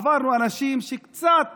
עברנו אנשים קצת